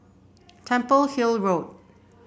Temple Hill Road